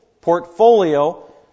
portfolio